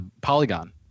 polygon